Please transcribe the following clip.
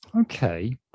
Okay